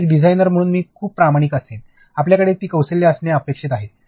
होय एक डिझाइनर म्हणून मी खूप प्रामाणिक असेल आपल्याकडे ही कौशल्ये असणे अपेक्षित आहे